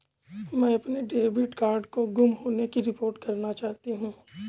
मैं अपने debit card के गुम होने की रिपोर्ट करना चाहती हूँ